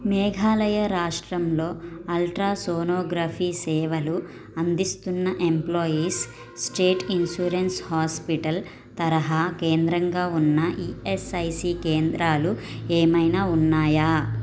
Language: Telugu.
మేఘాలయ రాష్ట్రంలో అల్ట్రాసోనోగ్రఫీ సేవలు అందిస్తున్న ఎంప్లాయీస్ స్టేట్ ఇన్సూరెన్స్ హాస్పిటల్ తరహా కేంద్రంగా ఉన్న ఈఎస్ఐసీ కేంద్రాలు ఏమైనా ఉన్నాయా